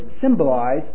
symbolize